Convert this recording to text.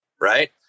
Right